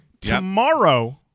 Tomorrow